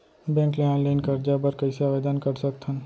Bank ले online करजा बर कइसे आवेदन कर सकथन?